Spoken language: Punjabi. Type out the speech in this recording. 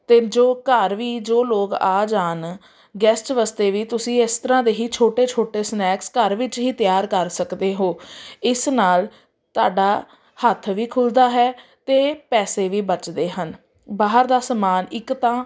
ਅਤੇ ਜੋ ਘਰ ਵੀ ਜੋ ਲੋਕ ਆ ਜਾਣ ਗੈਸਟ ਵਾਸਤੇ ਵੀ ਤੁਸੀਂ ਇਸ ਤਰ੍ਹਾਂ ਦੇ ਹੀ ਛੋਟੇ ਛੋਟੇ ਸਨੈਕਸ ਘਰ ਵਿੱਚ ਹੀ ਤਿਆਰ ਕਰ ਸਕਦੇ ਹੋ ਇਸ ਨਾਲ ਤੁਹਾਡਾ ਹੱਥ ਵੀ ਖੁੱਲ੍ਹਦਾ ਹੈ ਅਤੇ ਪੈਸੇ ਵੀ ਬਚਦੇ ਹਨ ਬਾਹਰ ਦਾ ਸਮਾਨ ਇੱਕ ਤਾਂ